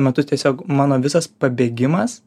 metu tiesiog mano visas pabėgimas